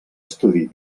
estudi